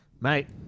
mate